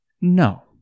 No